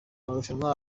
marushanwa